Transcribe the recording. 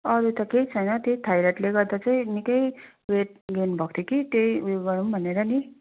अरू त केही छैन त्यही थाइराइडले गर्दा चाहिँ निकै वेट गेन भएको थियो कि त्यही उयो गरौँ भनेर नि